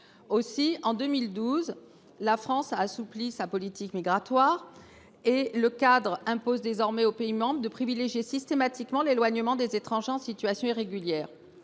En 2012, la France a assoupli sa politique migratoire. Le cadre européen impose désormais aux pays membres de privilégier systématiquement l’éloignement des étrangers en situation irrégulière.